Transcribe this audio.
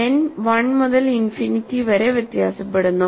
N 1 മുതൽ infinity വരെ വ്യത്യാസപ്പെടുന്നു